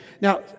Now